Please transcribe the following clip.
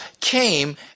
came